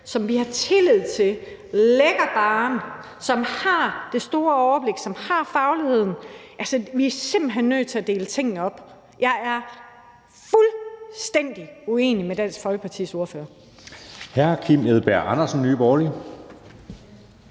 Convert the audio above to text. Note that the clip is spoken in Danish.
som vi har tillid til, sætter barren, og de har det store overblik og har fagligheden. Altså, vi er simpelt hen nødt til at dele tingene op. Jeg er fuldstændig uenig med Dansk Folkepartis ordfører.